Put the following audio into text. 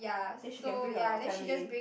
then she can bring her family